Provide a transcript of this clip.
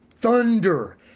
thunder